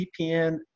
VPN